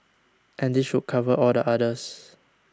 and this should cover all the others